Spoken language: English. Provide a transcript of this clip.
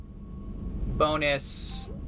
bonus